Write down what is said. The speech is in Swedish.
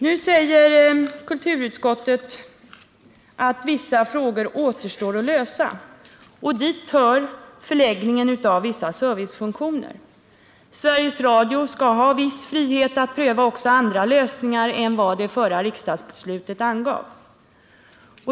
Nu säger kulturutskottet att vissa frågor återstår att lösa, och dit hör förläggningen av vissa servicefunktioner. Sveriges Radio skall ha viss frihet att pröva också andra lösningar än vad det förra riksdagsbeslutet angav.